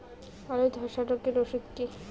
আলুর ধসা রোগের ওষুধ কি?